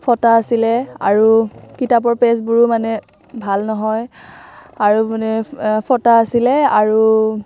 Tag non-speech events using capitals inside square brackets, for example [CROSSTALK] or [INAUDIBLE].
ফটা আছিলে আৰু কিতাপৰ পেজবোৰো মানে ভাল নহয় আৰু মানে [UNINTELLIGIBLE] ফটা আছিলে আৰু